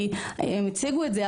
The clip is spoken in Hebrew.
הם הציגו את זה,